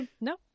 no